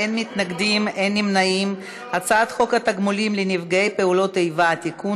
כעת נצביע על הצעת חוק התגמולים לנפגעי פעולות איבה (תיקון,